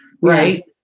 Right